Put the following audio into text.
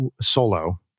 solo